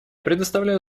предоставляю